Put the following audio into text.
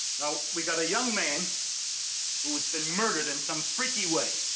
now we got a young man who has been murdered in some freaky way